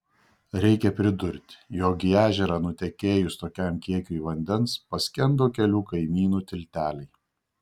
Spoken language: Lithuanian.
reikia pridurti jog į ežerą nutekėjus tokiam kiekiui vandens paskendo kelių kaimynų tilteliai